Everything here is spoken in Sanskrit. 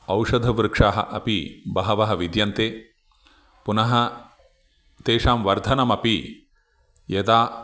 औषधवृक्षाः अपि बहवः विद्यन्ते पुनः तेषां वर्धनमपि यदा